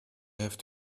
have